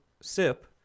sip